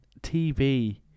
tv